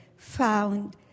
found